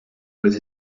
with